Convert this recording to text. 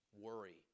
worry